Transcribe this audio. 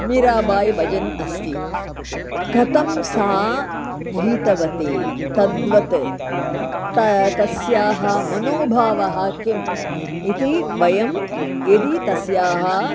मीराबाई भजनम् अस्ति कथं सा गीतवती तद्वत् का तस्याः मनोभावः किम् इति वयं यदि तस्याः